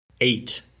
Eight